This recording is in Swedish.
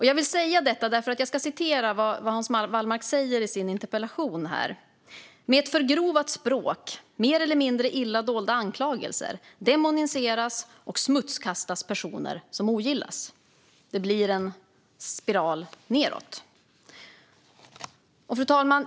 Jag vill säga detta eftersom jag nu ska citera vad Hans Wallmark säger i sin interpellation: "Med ett förgrovat språk, mer eller mindre illa dolda anklagelser, demoniseras och smutskastas personer som ogillas. Det blir en spiral nedåt." Fru talman!